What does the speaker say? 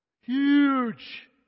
Huge